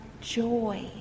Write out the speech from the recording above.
joy